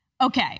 Okay